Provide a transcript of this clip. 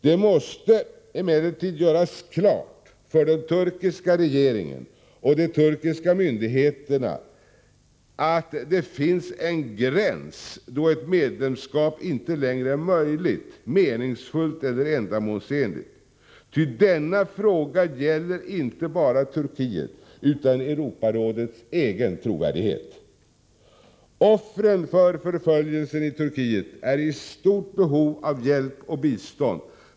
Det måste emellertid göras klart för den turkiska regeringen och de turkiska myndigheterna att det finns en gräns då ett medlemskap inte längre är möjligt, meningsfullt eller ändamålsenligt, ty denna fråga gäller inte bara Turkiet utan också Europarådets egen trovärdighet. Offren för förföljelsen i Turkiet är i stort behov av hjälp och bistånd.